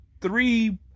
three